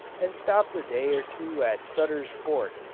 and stopt a day or two at sutter's fort,